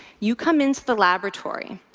you come into the laboratory,